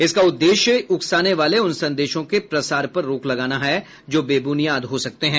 इसका उद्देश्य उकसाने वाले उन संदेशों के प्रसार पर रोक लगाना है जो बेबुनियाद हो सकते हैं